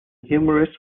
humorist